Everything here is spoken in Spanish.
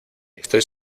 estoy